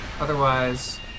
otherwise